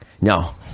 no